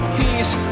peace